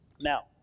Now